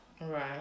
Right